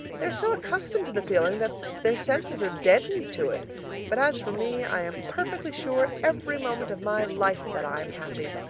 they are so accustomed to the feeling that their senses are deadened to it but as for me i am perfectly sure every moment of my life that i am happy.